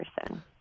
person